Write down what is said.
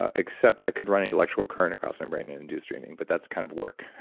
ah except i could run an electrical current across my brain and induce dreaming but that's kind of work.